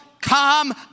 come